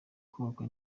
kubakwa